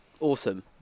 awesome